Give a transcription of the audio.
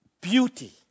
beauty